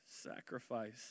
sacrifice